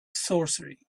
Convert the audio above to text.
sorcery